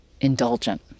indulgent